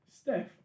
Steph